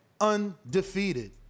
undefeated